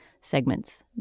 segments